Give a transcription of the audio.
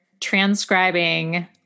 transcribing